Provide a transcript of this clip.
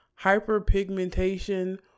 hyperpigmentation